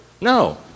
No